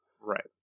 Right